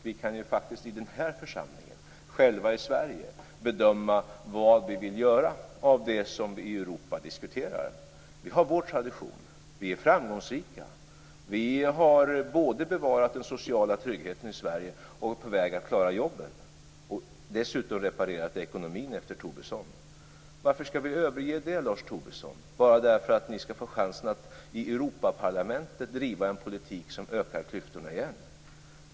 Vi kan ju faktiskt i den här församlingen, själva i Sverige, bedöma vad vi vill göra av det som vi i Europa diskuterar. Vi har vår tradition. Vi är framgångsrika. Vi har både bevarat den sociala tryggheten i Sverige och är på väg att klara jobben. Dessutom har vi reparerat ekonomin efter Tobisson. Varför, Lars Tobisson, skall vi överge det? Bara för att ni skall få chansen att i Europaparlamentet driva en politik som ökar klyftorna igen?